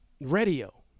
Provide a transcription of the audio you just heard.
Radio